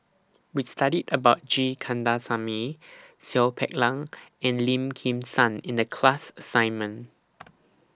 We studied about G Kandasamy Seow Peck Leng and Lim Kim San in The class assignment